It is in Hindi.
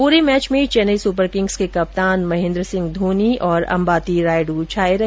पूरे मैच में चेन्नई सुपर किंग्स के कप्तान महेन्द्र सिंह धोनी और अंबाती रायडु छाए रहे